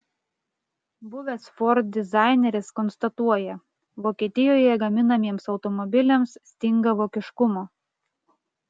buvęs ford dizaineris konstatuoja vokietijoje gaminamiems automobiliams stinga vokiškumo